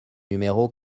numéro